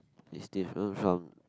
it's different from